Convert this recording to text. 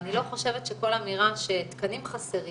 ואני לא חושבת שכל אמירה שתקנים חסרים